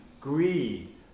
greed